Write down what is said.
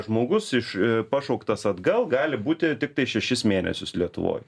žmogus iš pašauktas atgal gali būti tiktai šešis mėnesius lietuvoj